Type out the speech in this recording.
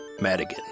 Madigan